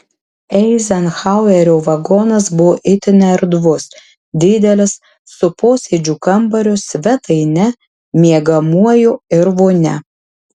eizenhauerio vagonas buvo itin erdvus didelis su posėdžių kambariu svetaine miegamuoju ir vonia